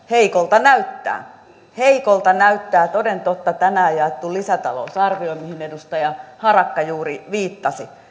heikolta näyttää heikolta näyttää toden totta tänään jaettu lisätalousarvio mihin edustaja harakka juuri viittasi